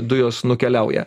dujos nukeliauja